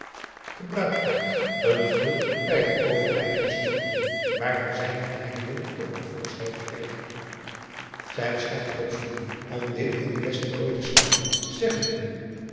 gebruikt werd een gulp bij het overreiken te storten waarvan zij een klein deel op haar voorschoot kreeg zij was echter hupsch genoeg om dit in de beste plooi te slaan zeggende